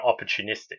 opportunistic